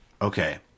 Okay